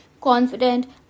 confident